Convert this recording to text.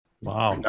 Wow